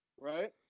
right